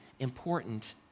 important